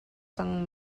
cang